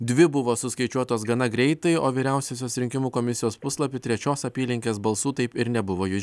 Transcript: dvi buvo suskaičiuotos gana greitai o vyriausiosios rinkimų komisijos puslapy trečios apylinkės balsų taip ir nebuvo jūs